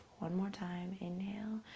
one more time, inhale.